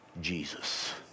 Jesus